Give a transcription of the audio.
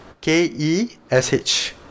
K-E-S-H